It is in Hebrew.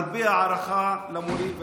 הרבה הערכה, למורים ולמורות.